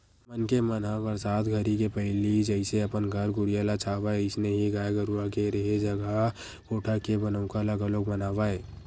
मनखे मन ह बरसात घरी के पहिली जइसे अपन घर कुरिया ल छावय अइसने ही गाय गरूवा के रेहे जघा कोठा के बनउका ल घलोक बनावय